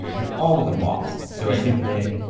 and all of them lost. so i think that,